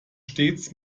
stets